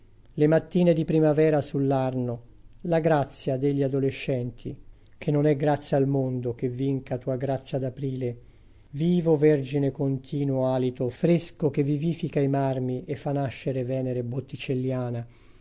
le mattine di primavera sull'arno la grazia degli adolescenti che non è grazia al mondo che vinca tua grazia d'aprile vivo vergine continuo alito fresco che vivifica i marmi e fa nascere venere botticelliana